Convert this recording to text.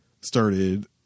Started